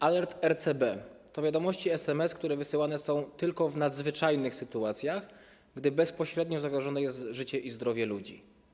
Alert RCB to wiadomości SMS, które wysyłane są tylko w nadzwyczajnych sytuacjach, gdy bezpośrednio zagrożone jest życie i zdrowie ludzi.